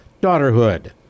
daughterhood